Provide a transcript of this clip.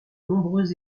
nombreux